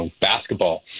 basketball